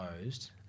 closed